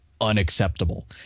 unacceptable